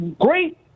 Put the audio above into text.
great